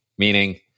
meaning